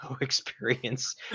experience